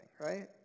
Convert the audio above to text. Right